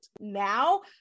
now